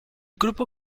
gruppo